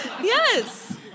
Yes